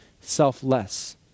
selfless